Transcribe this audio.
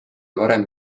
varem